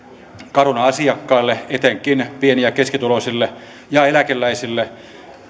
carunan asiakkaille etenkin pieni ja keskituloisille ja eläkeläisille